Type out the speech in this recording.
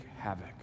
havoc